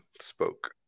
spoke